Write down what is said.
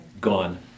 Gone